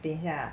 等一下